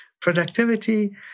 productivity